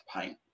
paint